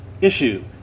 Issue